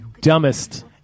dumbest